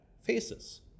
faces